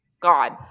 God